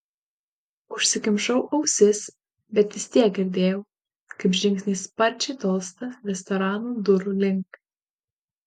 užsikimšau ausis bet vis tiek girdėjau kaip žingsniai sparčiai tolsta restorano durų link